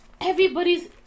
everybody's